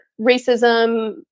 racism